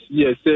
yes